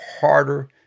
harder